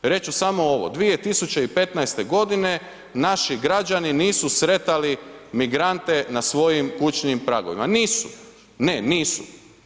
Reći ću samo ovo 2015. godine naši građani nisu sretali migrante na svojim kućnim pragovima, nisu, ne nisu.